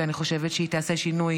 ואני חושבת שהיא תעשה שינוי